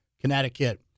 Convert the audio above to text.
Connecticut